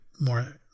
more